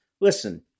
listen